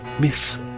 Miss